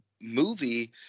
movie